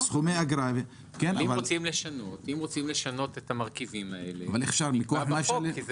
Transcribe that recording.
אם רוצים לשנות את המרכיבים האלה זה מכוח החוק.